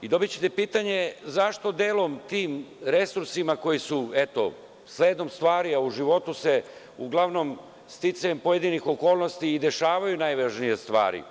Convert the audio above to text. Dobićete pitanje – zašto delom tim resursima koji su eto, sledom stvari, a u životu se uglavnom sticajem pojedinih okolnosti i dešavaju najvažnije stvari.